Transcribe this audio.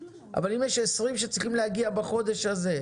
אבל אם יש 20 שצריכים להגיע בחודש הזה,